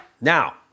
Now